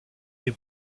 des